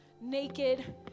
naked